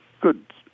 good